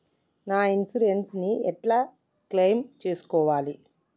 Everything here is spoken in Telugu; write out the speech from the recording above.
నా ఇన్సూరెన్స్ ని ఎట్ల క్లెయిమ్ చేస్కోవాలి?